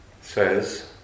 says